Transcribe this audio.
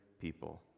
people